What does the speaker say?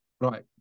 right